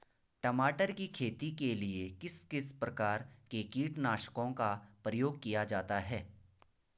टमाटर की खेती के लिए किस किस प्रकार के कीटनाशकों का प्रयोग किया जाता है?